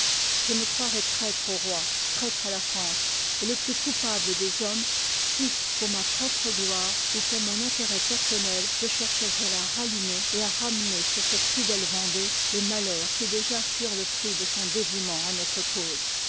je me croirois traître au roi traître à la france et le plus coupable des hommes si pour ma propre gloirç ou pour mon intérêt personnel je cherchois à la rallumer et à ramener sur cette fidèle vendée les malheurs qui déjà furent le prix de son dévouement à noti e cause